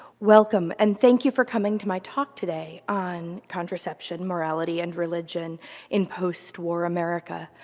welcome and thank you for coming to my talk today on contraception, morality, and religion in post war america.